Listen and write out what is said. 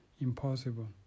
impossible